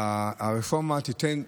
והרפורמה תיתן,